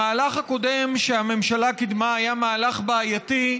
המהלך הקודם שהממשלה קידמה היה מהלך בעייתי,